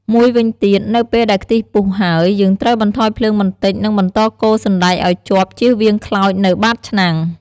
មួយវិញទៀត នៅពេលដែលខ្ទិះពុះហើយ យើងត្រូវបន្ថយភ្លើងបន្តិច និងបន្តកូរសណ្តែកឲ្យជាប់ ជៀសវាងខ្លោចនៅបាតឆ្នាំង។